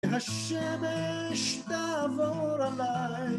השמש תעבור עליי